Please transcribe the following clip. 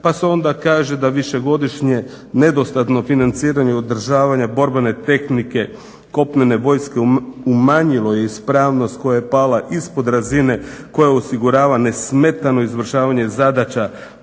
pa se onda kaže da višegodišnje nedostatno financiranje održavanja borbene tehnike kopnene vojske umanjilo je ispravnost koja je pala ispod razine koja osigurava nesmetano izvršavanje zadaća